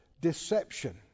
deception